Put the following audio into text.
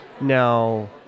Now